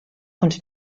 und